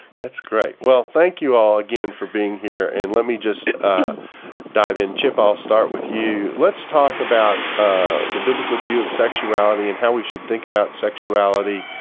that's great. well, thank you all again for being here, and let me just dive in. chip, i'll start with you. let's talk about the biblical view of sexuality and how we should think about sexuality,